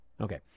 Okay